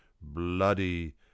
bloody